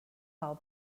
how